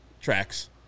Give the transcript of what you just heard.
Tracks